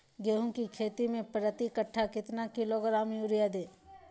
गेंहू की खेती में प्रति कट्ठा कितना किलोग्राम युरिया दे?